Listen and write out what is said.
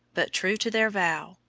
but, true to their vow,